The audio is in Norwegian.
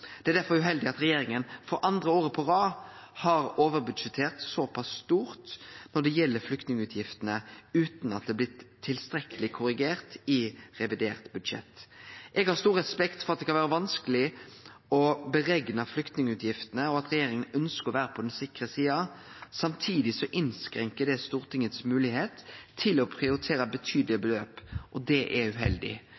Det er difor uheldig at regjeringa for andre året på rad har overbudsjettert såpass stort når det gjeld flyktningutgiftene, utan at det er blitt tilstrekkeleg korrigert i revidert budsjett. Eg har stor respekt for at det kan vere vanskeleg å berekne flyktningutgiftene, og at regjeringa ønskjer å vere på den sikre sida. Samtidig innskrenkar det Stortinget si moglegheit til å prioritere betydelege